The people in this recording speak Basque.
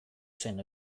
zen